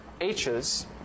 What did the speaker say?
H's